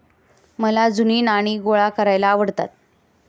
मला जुनी नाणी गोळा करायला आवडतात